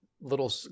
little